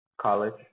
college